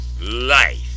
life